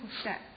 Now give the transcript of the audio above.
step